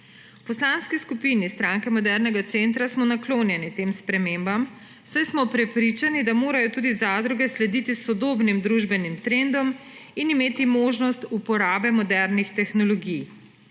Poslanski skupini Stranke modernega centra smo naklonjeni tem spremembam, saj smo prepričani, da morajo tudi zadruge slediti sodobnim družbenim trendom in imeti možnost uporabe modernih tehnologij.